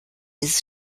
dieses